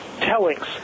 tellings